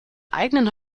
eigenen